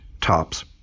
tops